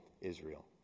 Israel